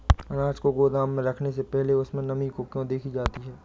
अनाज को गोदाम में रखने से पहले उसमें नमी को क्यो देखी जाती है?